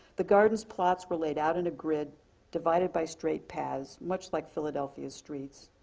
the garden's plots were laid out in a grid divided by straight paths, much like philadelphia's streets.